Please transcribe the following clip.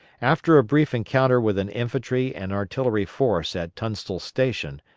after a brief encounter with an infantry and artillery force at tunstall's station,